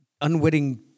unwitting